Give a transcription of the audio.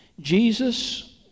Jesus